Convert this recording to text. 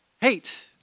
hate